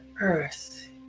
earth